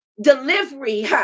delivery